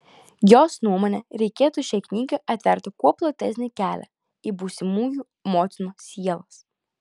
jos nuomone reikėtų šiai knygai atverti kuo platesnį kelią į būsimųjų motinų sielas